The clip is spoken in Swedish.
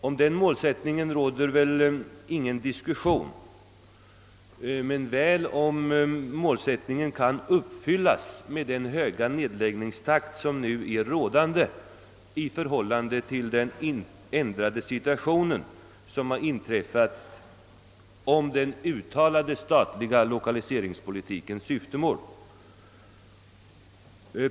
Om den målsättningen råder väl ingen diskussion, men väl om huruvida målsättningen kan uppfyllas med den nuvarande höga nedläggningstakten i förhållande till den ändrade situation som inträtt genom den statliga lokaliseringspolitikens syftemål.